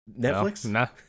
Netflix